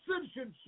citizenship